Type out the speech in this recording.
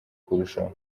kurushaho